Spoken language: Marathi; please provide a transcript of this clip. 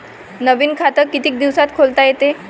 नवीन खात कितीक दिसात खोलता येते?